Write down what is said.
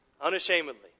unashamedly